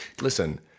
Listen